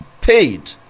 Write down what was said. paid